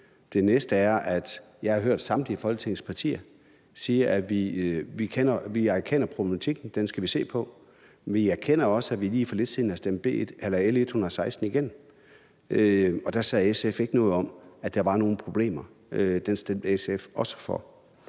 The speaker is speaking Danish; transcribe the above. Det næste er, at jeg har hørt samtlige Folketingets partier sige, at man erkender problematikken, og at den skal vi se på. Vi erkender også, at vi lige for lidt siden har stemt L 116 igennem, og der sagde SF ikke noget om, at der var nogen problemer. Det stemte SF også for.